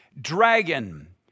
dragon